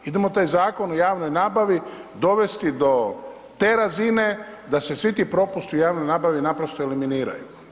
Idemo taj Zakon o javnoj nabavi dovesti do te razine da se svi ti propusti u javnoj nabavi naprosto eliminiraju.